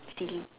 silly